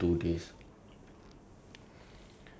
but she brought like uh a bit by bit lah